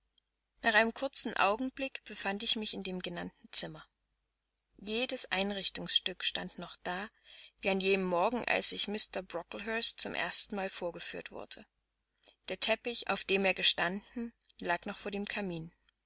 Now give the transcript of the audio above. nach einem kurzen augenblick befand ich mich in dem genannten zimmer jedes einrichtungsstück stand noch da wie an jenem morgen als ich mr brocklehurst zum erstenmal vorgeführt wurde der teppich auf dem er gestanden lag noch vor dem kamin